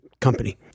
company